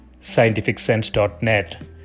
scientificsense.net